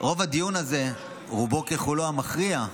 ברוב הדיון הזה, רובו ככולו המכריע,